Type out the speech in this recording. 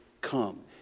come